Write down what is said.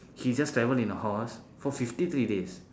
he just travel in a horse for fifty three days